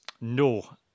No